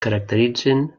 caracteritzen